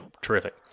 Terrific